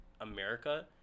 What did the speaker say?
America